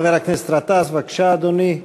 חבר הכנסת גטאס, בבקשה, אדוני.